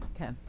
okay